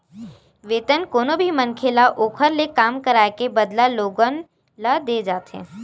वेतन कोनो भी मनखे ल ओखर ले काम कराए के बदला लोगन ल देय जाथे